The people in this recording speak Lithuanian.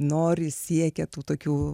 nori siekia tų tokių